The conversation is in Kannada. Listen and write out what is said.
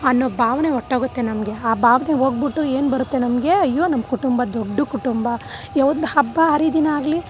ಅನ್ನೋ ಭಾವನೆ ಹೊರಟೋಗುತ್ತೆ ನಮಗೆ ಆ ಭಾವನೆ ಹೋಗ್ಬಿಟ್ಟು ಏನು ಬರುತ್ತೆ ನಮಗೆ ಅಯ್ಯೋ ನಮ್ಮ ಕುಟುಂಬ ದೊಡ್ಡದು ಕುಟುಂಬ ಈಗ ಒಂದು ಹಬ್ಬ ಹರಿದಿನ ಆಗಲಿ